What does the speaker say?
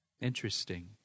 Interesting